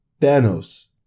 Thanos